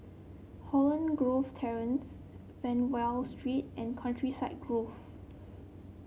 Holland Grove Terrace Fernvale Street and Countryside Grove